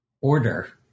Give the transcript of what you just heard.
order